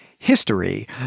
History